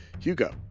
Hugo